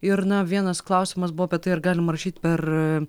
ir na vienas klausimas buvo apie tai ar galima rašyt per